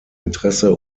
interesse